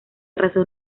razón